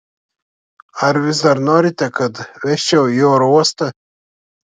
ar vis dar norite kad vežčiau į oro uostą